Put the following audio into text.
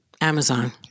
Amazon